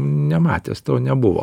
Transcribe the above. nematęs to nebuvo